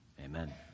Amen